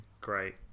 Great